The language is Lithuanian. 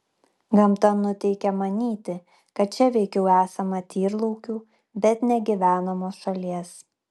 gamta nuteikia manyti kad čia veikiau esama tyrlaukių bet ne gyvenamos šalies